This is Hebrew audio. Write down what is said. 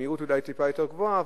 המהירות אולי טיפה יותר גבוהה,